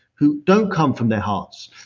who don't come from their hearts.